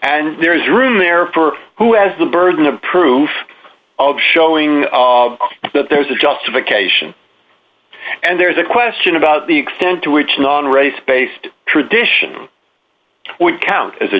and there is room there for who has the burden of proof of showing that there is a justification and there is a question about the extent to which non race based tradition would count as a